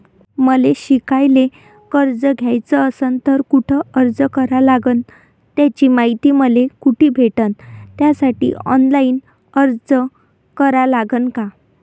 मले शिकायले कर्ज घ्याच असन तर कुठ अर्ज करा लागन त्याची मायती मले कुठी भेटन त्यासाठी ऑनलाईन अर्ज करा लागन का?